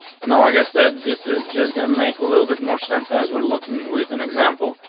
and like i said, this is just gonna make a little bit more sense as we're looking with an example.